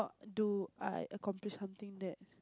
do I accomplish something that